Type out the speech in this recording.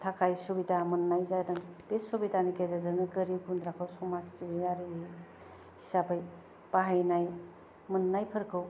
थाखाय सुबिदा मोन्नाय जादों बे सुबिदानि गेजेरजोंनो गोरिब गुन्द्राखौ समाज सिबियारि हिसाबै बाहायनाय मोन्नायफोरखौ